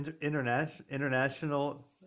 international